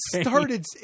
started